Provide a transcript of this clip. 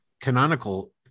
canonical